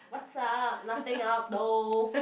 what's up nothing up though